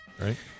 right